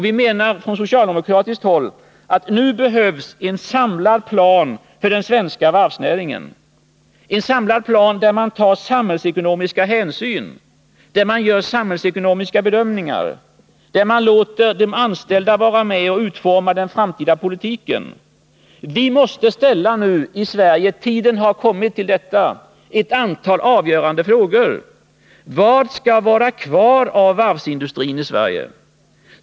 Vi menar från socialdemokratiskt håll att nu behövs en samlad plan för den svenska varvsnäringen — en samlad plan där man tar samhällsekonomiska hänsyn, där man gör samhällsekonomiska bedömningar, där man låter de anställda vara med om och utforma den framtida politiken. Vi måste här i Sverige — tiden är nu inne för det — ställa ett antal avgörande frågor: Vad skall vara kvar av varvsindustrin i Sverige?